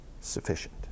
sufficient